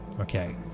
Okay